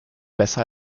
besser